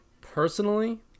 Personally